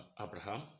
Abraham